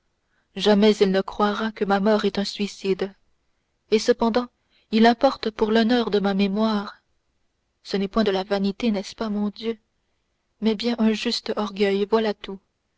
jamais il ne croira que ma mort est un suicide et cependant il importe pour l'honneur de ma mémoire ce n'est point de la vanité n'est-ce pas mon dieu mais bien un juste orgueil voilà tout